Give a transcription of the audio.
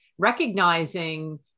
recognizing